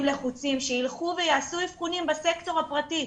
לחוצים שילכו ויעשו אבחונים בסקטור הפרטי.